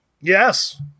Yes